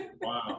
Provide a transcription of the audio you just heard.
Wow